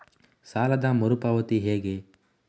ಸಾಲದ ಮರು ಪಾವತಿ ಹೇಗೆ?